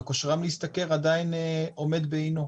וכושרם להשתכר עדיין עומד בעינו,